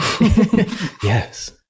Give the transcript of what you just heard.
Yes